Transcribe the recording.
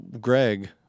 greg